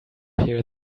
here